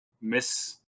miss